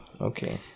Okay